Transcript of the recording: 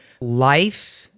life